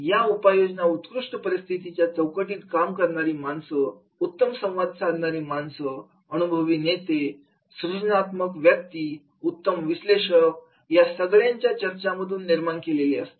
या उपाययोजना उत्कृष्ट परिस्थितीच्या चौकटीत काम करणारी माणसं उत्तम संवाद साधणारी माणसं अनुभवी नेते सृजनात्मक व्यक्ती उत्तम विश्लेषक या सगळ्यांच्या चर्चांमधून निर्माण झालेले असतात